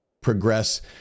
progress